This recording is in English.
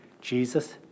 Jesus